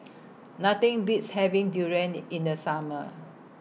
Nothing Beats having Durian in The Summer